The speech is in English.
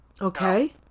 Okay